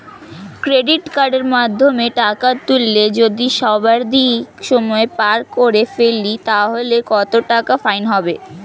Credit কার্ডের মাধ্যমে টাকা তুললে যদি সর্বাধিক সময় পার করে ফেলি তাহলে কত টাকা ফাইন হবে?